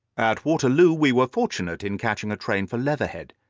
at waterloo we were fortunate in catching a train for leatherhead,